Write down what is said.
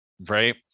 Right